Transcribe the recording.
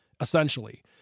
essentially